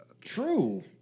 True